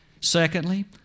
Secondly